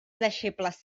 deixebles